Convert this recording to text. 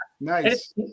Nice